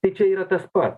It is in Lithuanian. tai čia yra tas pat